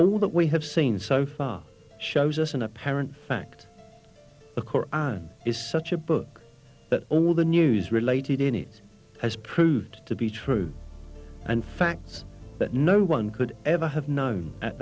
far shows us an apparent fact the koran is such a book that all the news related in it has proved to be true and facts that no one could ever have known at